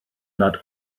nad